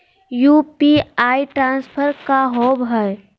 UPI transfer का होव हई?